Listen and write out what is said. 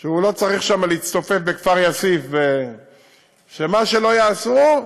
שהוא לא צריך להצטופף בכפר יאסיף, שמה שלא יעשו,